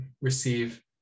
receive